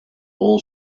all